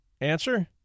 Answer